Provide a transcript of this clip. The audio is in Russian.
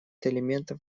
элементов